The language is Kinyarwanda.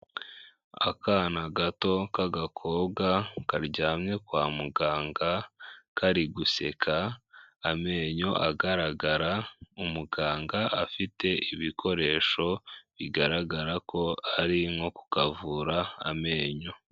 Akana gato k'agakobwa karyamye kwa muganga kari guseka amenyo agaragara, umuganga afite ibikoresho bigaragara ko ari nko kukavura amenyo.